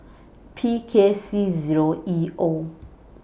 P K C Zero E O